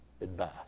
advice